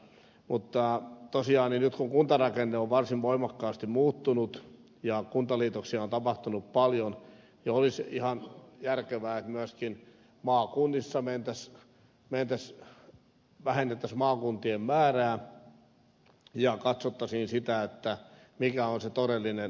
mutta tosiaan nyt kun kuntarakenne on varsin voimakkaasti muuttunut ja kuntaliitoksia on tapahtunut paljon olisi ihan järkevää että vähennettäisiin maakuntien määrää ja katsottaisiin sitä mikä on se todellinen suuntautuminen